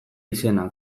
izena